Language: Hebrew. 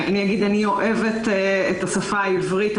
אני אוהבת את השפה העברית,